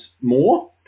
more